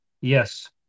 Yes